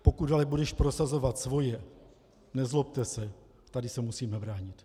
Pokud ale budeš prosazovat svoje, nezlobte se, tady se musíme bránit.